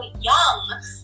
young